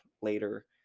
later